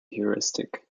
heuristic